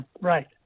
Right